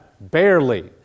barely